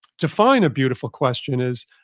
define a beautiful question is,